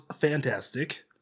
fantastic